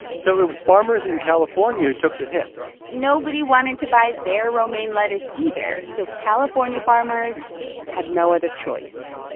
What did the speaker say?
so it was farmers in california who took the hit nobody wanted to buy their romaine lettuce either. so california farmers had no other choice.